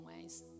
ways